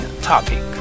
topic